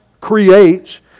creates